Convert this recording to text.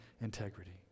integrity